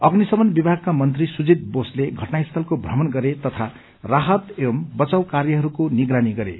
अग्निशमन विभागका मन्त्री सुजित बोसले घटनास्थलको भ्रमण गेर तथा राहत एवं बचाव कार्यहरूको निगरानी गरे